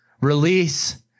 release